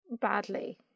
badly